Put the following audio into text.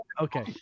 Okay